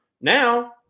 Now